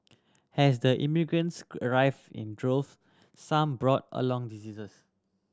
as the immigrants arrived in drove some brought along diseases